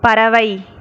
பறவை